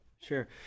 Sure